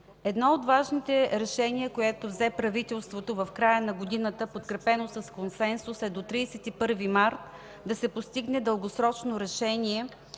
Едно от важните решения, което взе правителството в края на годината, подкрепено с консенсус, е до 31 март да се постигне дългосрочно решение